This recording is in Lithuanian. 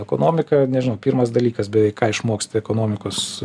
ekonomika nežinau pirmas dalykas beveik ką išmoksta ekonomikos